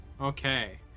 Okay